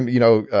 you know,